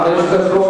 לרשותך חמש דקות.